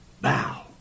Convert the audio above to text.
bow